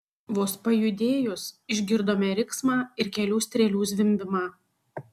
vos pajudėjus išgirdome riksmą ir kelių strėlių zvimbimą